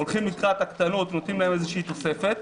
דווקא פה אנחנו הולכים לקראת הקטנות ונותנים להן איזושהי תוספת,